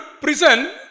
prison